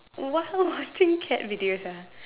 what watching cat videos ah